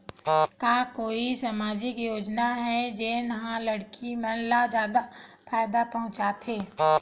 का कोई समाजिक योजना हे, जेन हा लड़की मन ला फायदा पहुंचाथे?